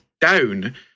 down